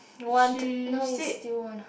want now you still want ah